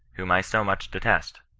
whom i so much detest?